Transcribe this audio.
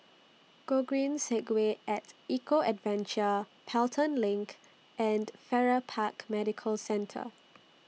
Gogreen Segway At Eco Adventure Pelton LINK and Farrer Park Medical Centre